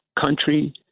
country